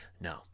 No